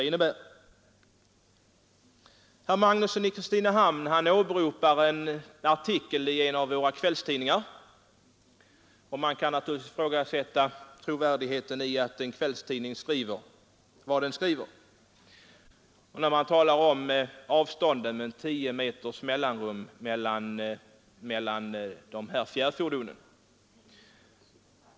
Herr Magnusson i Kristinehamn åberopade en artikel i en av våra kvällstidningar. Man kan naturligtvis ifrågasätta trovärdigheten i vad en kvällstidning skriver, i detta fall t.ex. uppgiften om avstånd på 10 meter mellan dessa fjärrfordon.